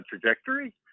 trajectory